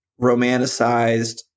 romanticized